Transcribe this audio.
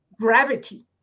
gravity